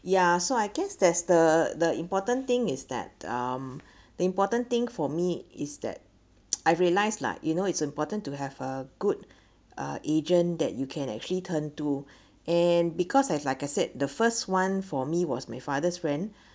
ya so I guess there's the the important thing is that um the important thing for me is that I realise lah you know it's important to have a good uh agent that you can actually turn to and because as like I said the first one for me was my father's friend